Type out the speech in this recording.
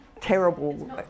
Terrible